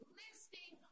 listing